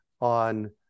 on